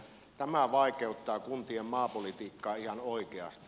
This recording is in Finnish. tämä vaikeuttaa kuntien maapolitiikkaa ihan oikeasti